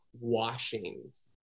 washings